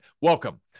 welcome